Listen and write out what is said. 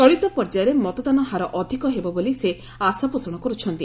ଚଳିତ ପର୍ଯ୍ୟାୟରେ ମତଦାନ ହାର ଅଧିକ ହେବ ବୋଲି ସେ ଆଶାପୋଷଣ କରୁଛନ୍ତି